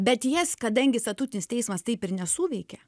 bet jas kadangi statutinis teismas taip ir nesuveikė